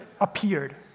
appeared